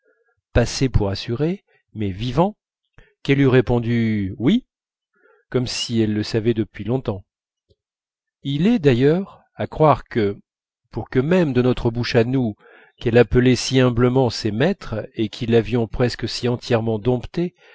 passait pour assuré mais vivant qu'elle eût répondu oui comme si elle le savait depuis longtemps il est d'ailleurs à croire que pour que même de notre bouche à nous qu'elle appelait si humblement ses maîtres et qui l'avions presque si entièrement domptée